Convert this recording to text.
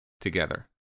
together